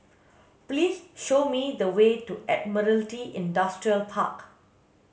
please show me the way to Admiralty Industrial Park